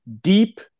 deep